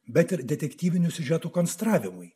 bet ir detektyvinių siužetų konstravimui